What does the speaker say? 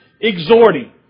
exhorting